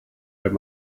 wenn